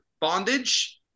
bondage